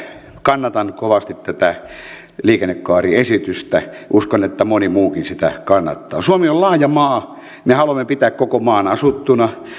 kannatan kovasti tätä liikennekaariesitystä uskon että moni muukin sitä kannattaa suomi on laaja maa me haluamme pitää koko maan asuttuna